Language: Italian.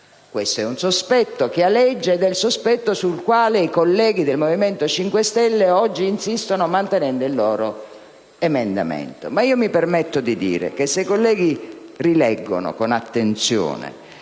Questo è un sospetto che aleggia, ed è il sospetto sul quale i colleghi del Movimento 5 Stelle oggi insistono mantenendo il loro emendamento. Mi permetto di dire che se i colleghi rileggono con attenzione